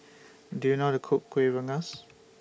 Do YOU know How to Cook Kuih Rengas